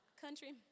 Country